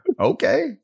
Okay